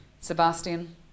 Sebastian